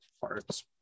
parts